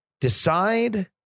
decide